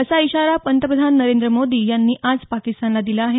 असा इशारा पंतप्रधान नरेंद्र मोदी यांनी आज पाकिस्तानला दिला आहे